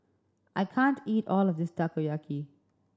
I can't eat all of this Takoyaki